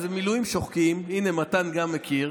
זה מילואים שוחקים, הינה, מתן גם מכיר,